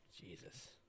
jesus